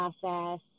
process